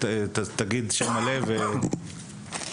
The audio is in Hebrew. שלום,